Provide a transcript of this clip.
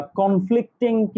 conflicting